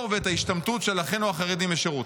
ואת ההשתמטות של אחינו החרדים משירות.